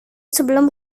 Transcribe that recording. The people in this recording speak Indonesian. sebelum